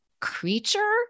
creature